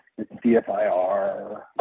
DFIR